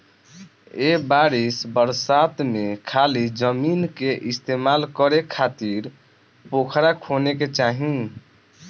ए बरिस बरसात में खाली जमीन के इस्तेमाल करे खातिर पोखरा खोने के चाही